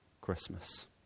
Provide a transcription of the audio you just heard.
Christmas